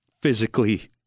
physically